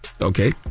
Okay